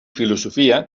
filosofia